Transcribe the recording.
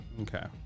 Okay